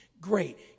Great